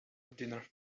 dinner